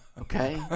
Okay